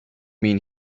mean